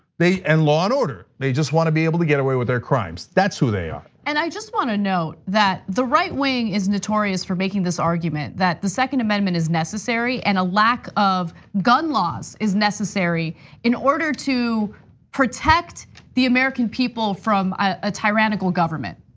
and law and order. they just wanna be able to get away with their crimes. that's who they are. and i just want to note that the right wing is notorious for making this argument that the second ammendment is necessary, and a lack of gun laws is necessary in order to protect the american people from a tyrannical government.